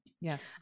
Yes